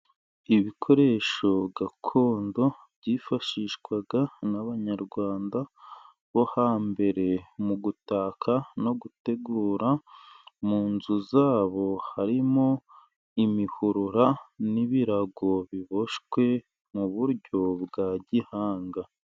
Ibikoresho gakondo byifashishwaga n'abanyarwanda bo hambere, mu gutaka no gutegura, mu nzu zabo harimo imihurura n'ibirago, biboshywe mu buryo bwa gihanga.